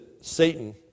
Satan